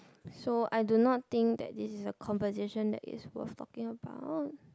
so I do not think that this is a conversation that is worth talking about